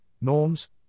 norms